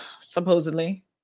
supposedly